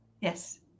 Yes